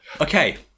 Okay